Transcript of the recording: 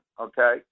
okay